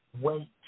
wait